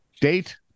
date